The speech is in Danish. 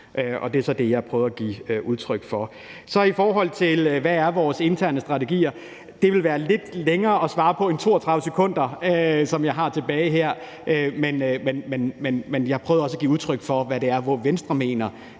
og det er så det, jeg har prøvet at give udtryk for. I forhold til hvad vores interne strategi er, vil det tage lidt længere at svare på end 32 sekunder, som jeg har tilbage her. Men jeg prøvede også at give udtryk for, hvad det er, Venstre mener,